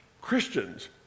Christians